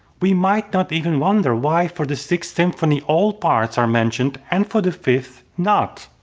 we might not even wonder why for the sixth symphony all parts are mentioned and for the fifth not.